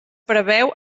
preveu